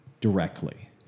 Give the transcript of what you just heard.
directly